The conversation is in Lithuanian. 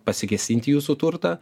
pasikėsint į jūsų turtą